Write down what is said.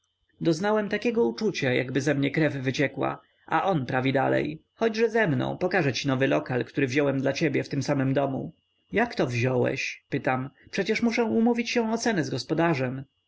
doznałem takiego uczucia jakby ze mnie krew wyciekła a on prawi dalej chodźże ze mną pokażę ci nowy lokal który wziąłem dla ciebie w tym samym domu jakto wziąłeś pytam przecież muszę umówić się o cenę z gospodarzem